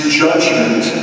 judgment